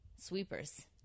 Sweepers